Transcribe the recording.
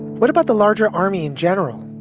what about the larger army in general?